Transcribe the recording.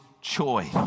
choice